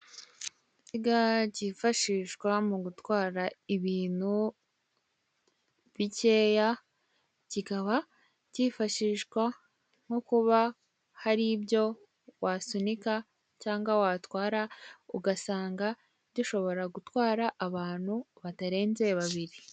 Ikinyabiziga kifashishwa mu gutwara ibintu bikeya kikaba kifashishwa nko kuba haribyo wasunika cyangwa watwara ugasanga gishobora gutwara abantu batarenze babiri.